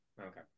Okay